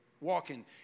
walking